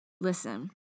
listen